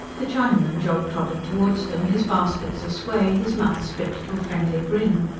the chinaman jog-trotted towards them, his baskets a-sway, his mouth stretched to a friendly grin.